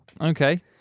Okay